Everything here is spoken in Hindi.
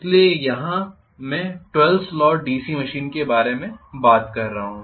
इसलिए यहां मैं 12 स्लॉट डीसी मशीन के बारे में बात कर रहा हूं